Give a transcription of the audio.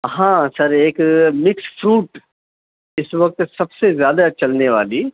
ہاں سر ایک mix fruit اِس وقت سب سے زیادہ چلنے والی